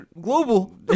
global